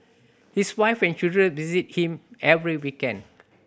his wife and children visit him every weekend